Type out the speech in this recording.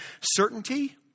certainty